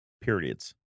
periods